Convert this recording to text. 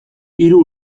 hiru